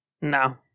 no